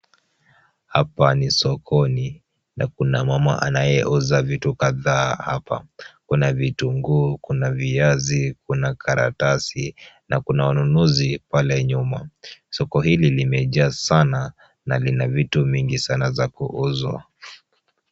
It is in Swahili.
Hapa ni sokoni na kuna mama anayeuza vitu kadhaa hapa. Kuna vitunguu, kuna viazi, kuna karatasi na kuna wanunuzi pale nyuma. Soko hili limejaa sana na lina vitu mingi sana za kuuzwa.